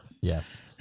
Yes